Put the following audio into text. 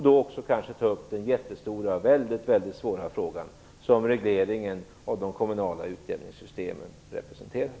Då skulle vi kanske också kunna ta upp den mycket svåra fråga som regleringen av de kommunala utjämningssystemen representerar.